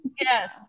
Yes